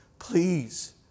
Please